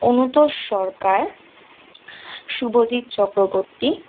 Anutosh Sarkar Subhajit Chakraborty